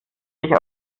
sich